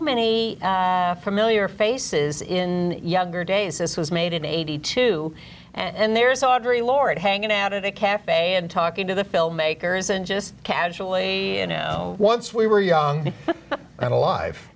many familiar faces in younger days this was made in eighty two and there's audrey or it hanging out at a cafe and talking to the filmmaker isn't just casually and now once we were young and alive